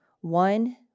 One